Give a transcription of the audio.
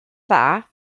dda